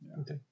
okay